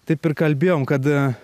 taip ir kalbėjom kad